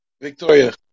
Victoria